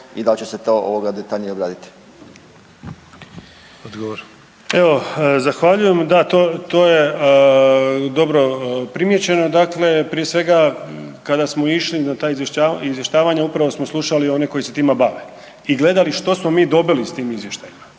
Ante (HDZ)** Odgovor. **Čuraj, Stjepan (HNS)** Evo zahvaljujem. Da, to, to je dobro primijećeno. Dakle, prije svega kada smo išli na ta izvještavanja upravo smo slušali one koji se time bave i gledali što smo mi dobili s tim izvještajima,